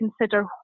consider